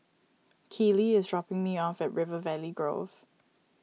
Keely is dropping me off at River Valley Grove